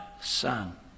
son